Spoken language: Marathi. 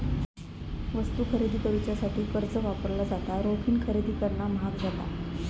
वस्तू खरेदी करुच्यासाठी कर्ज वापरला जाता, रोखीन खरेदी करणा म्हाग जाता